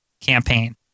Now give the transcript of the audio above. campaign